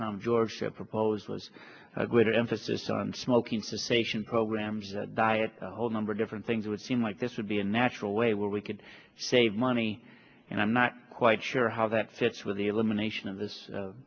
tom george had proposed was a greater emphasis on smoking cessation programs diet a whole number of different things it would seem like this would be a natural way where we could save money and i'm not quite sure how that fits with the elimination of this